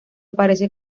parece